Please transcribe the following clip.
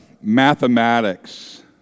mathematics